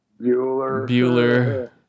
Bueller